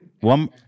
One